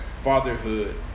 fatherhood